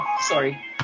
Sorry